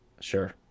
Sure